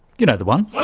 you know the one